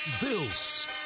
Bills